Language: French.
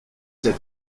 cet